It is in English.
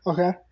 Okay